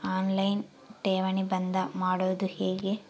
On line ಠೇವಣಿ ಬಂದ್ ಮಾಡೋದು ಹೆಂಗೆ?